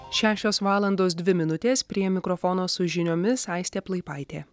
šešios valandos dvi minutės prie mikrofono su žiniomis aistė plaipaitė